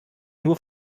nur